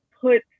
put